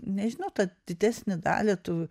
nežinau tą didesnę dalį tų